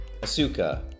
Asuka